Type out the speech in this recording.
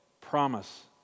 promise